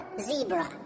zebra